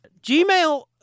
Gmail